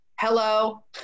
hello